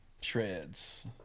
Shreds